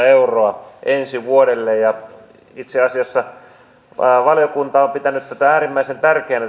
euroa ensi vuodelle itse asiassa valiokunta on pitänyt tätä kylätoimintaa äärimmäisen tärkeänä